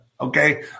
Okay